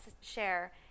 share